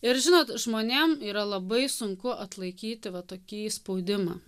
ir žinot žmonėm yra labai sunku atlaikyti va tokį spaudimą